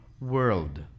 world